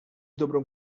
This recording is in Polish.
dobrą